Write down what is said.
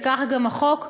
וכך גם החוק,